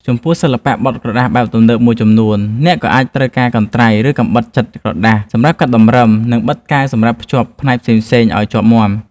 ចំពោះសិល្បៈបត់ក្រដាសបែបទំនើបមួយចំនួន អ្នកក៏អាចត្រូវការកន្ត្រៃ ឬកាំបិតចិតក្រដាសសម្រាប់កាត់តម្រឹម និងកាវបិទសម្រាប់ភ្ជាប់ផ្នែកផ្សេងៗឱ្យជាប់មាំ។